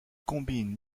combine